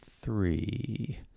three